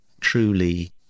truly